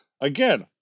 again